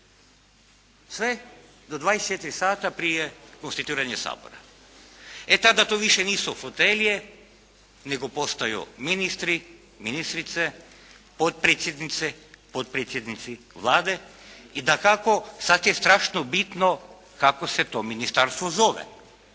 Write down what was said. Sve do 24 sata prije konstituiranja Sabora. E tada to više nisu fotelje nego postaju ministri, ministrice, potpredsjednice, potpredsjednici Vlade i dakako sada je strašno bitno kako se to ministarstvo zove,